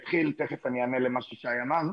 תיכף אני אענה למה ששי אמר,